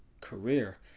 career